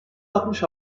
altmış